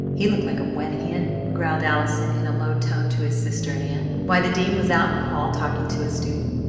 he looked like a wet hen! growled allison in a low tone to his sister and aunt, while the dean was out in the hall talking to a student.